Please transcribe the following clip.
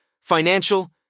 financial